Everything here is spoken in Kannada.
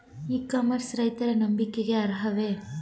ಇ ಕಾಮರ್ಸ್ ರೈತರ ನಂಬಿಕೆಗೆ ಅರ್ಹವೇ?